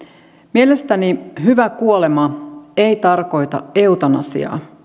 mielestäni hyvä kuolema ei tarkoita eutanasiaa